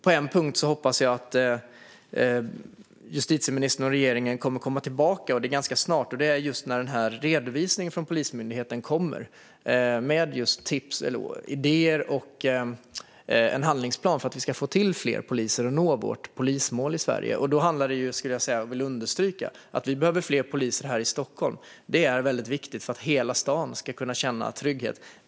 På en punkt hoppas jag att justitieministern och regeringen kommer att komma tillbaka och det ganska snart, nämligen när den redovisning från Polismyndigheten kommer som ska innehålla idéer och en handlingsplan för att få fler poliser och nå det polismål vi har i Sverige. Jag vill understryka att vi behöver fler poliser här i Stockholm. Det är väldigt viktigt för att hela staden ska kunna känna trygghet.